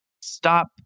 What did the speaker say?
stop